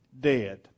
dead